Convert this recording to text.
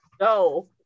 No